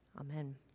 Amen